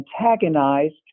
antagonized